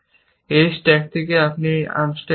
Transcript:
এই স্ট্যাক থেকে একটি আনস্ট্যাক করুন